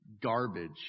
garbage